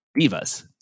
divas